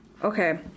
Okay